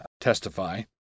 testify